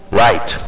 right